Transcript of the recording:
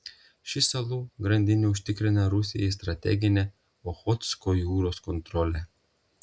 ši salų grandinė užtikrina rusijai strateginę ochotsko jūros kontrolę